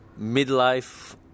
midlife